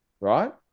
Right